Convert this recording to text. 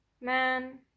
Man